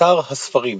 אוצר הספרים